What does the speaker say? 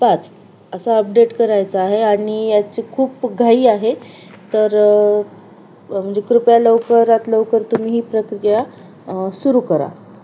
पाच असा अपडेट करायचा आहे आणि याची खूप घाई आहे तर म्हणजे कृपया लवकरात लवकर तुम्ही ही प्रक्रिया सुरू करा